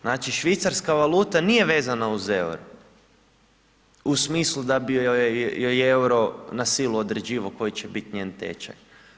Znači švicarska valuta nije vezana uz euro u smislu da bi joj euro na silu određivao koji će bit njen tečaj.